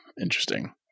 interesting